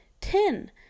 Ten